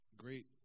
great